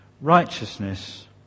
righteousness